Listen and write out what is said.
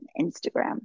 instagram